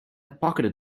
pocketed